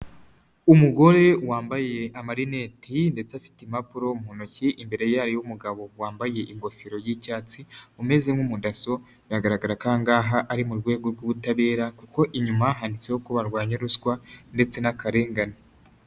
Umugore wambaye amarineti ndetse afite impapuro mu ntoki, imbere yayo umugabo wambaye ingofero y'icyatsi umeze nk'umudaso, biragaragara ko angaha ari mu rwego rw'ubutabera, kuko inyuma handitseho ko barwanya ruswa ndetse n'akarengane.